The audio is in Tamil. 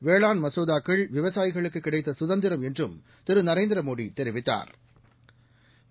வேளாண் மசோதாக்கள் விவசாயிகளுக்கு கிடைத்த குதந்திரம் என்றும் திரு நரேந்திரமோடி தெரிவித்தாா்